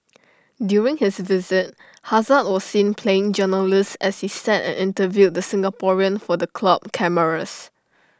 during his visit hazard was seen playing journalist as he sat and interviewed the Singaporean for the club cameras